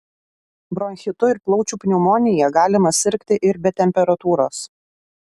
bronchitu ir plaučių pneumonija galima sirgti ir be temperatūros